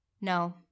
No